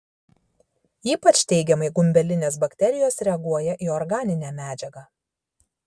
ypač teigiamai gumbelinės bakterijos reaguoja į organinę medžiagą